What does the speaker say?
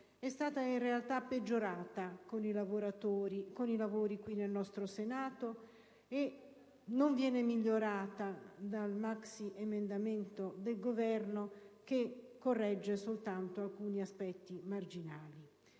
è stata in realtà peggiorata nel corso dell'esame in Senato, né viene migliorata dal maxiemendamento del Governo che corregge soltanto alcuni aspetti marginali.